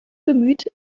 bemüht